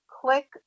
click